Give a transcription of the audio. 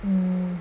um